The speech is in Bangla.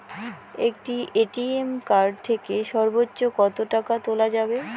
একটি এ.টি.এম কার্ড থেকে সর্বোচ্চ কত টাকা তোলা যাবে?